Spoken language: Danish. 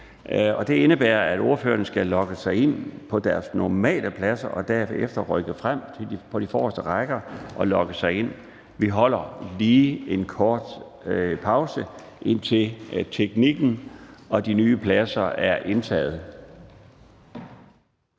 Laustsen): Ordførerne skal logge sig af på deres normale pladser og derefter rykke frem på de forreste rækker og logge sig ind. Vi holder lige en kort pause, indtil teknikken er i orden og de nye pladser er indtaget.